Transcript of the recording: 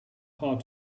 hard